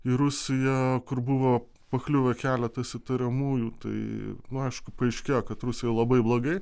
į rusiją kur buvo pakliuvo keletas įtariamųjų tai nu aišku paaiškėjo kad rusijoj labai blogai